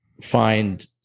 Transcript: find